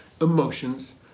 emotions